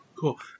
Cool